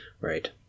Right